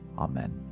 Amen